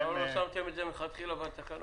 --- למה לא שמתם את זה מלכתחילה בתקנות?